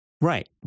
Right